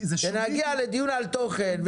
כשנגיע לדיון על תוכן,